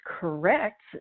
correct